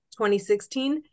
2016